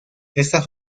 estas